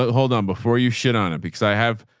ah hold on before you shit on it, because i have,